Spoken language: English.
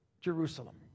Jerusalem